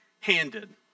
handed